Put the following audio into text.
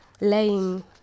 laying